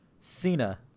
Cena